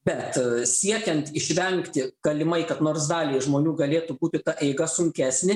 bet siekiant išvengti galimai kad nors daliai žmonių galėtų būti ta eiga sunkesnė